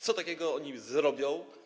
Co takiego oni zrobią?